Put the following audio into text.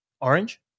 Orange